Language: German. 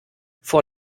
vor